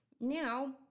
Now